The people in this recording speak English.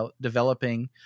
developing